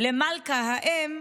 למלכה האם: